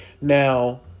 now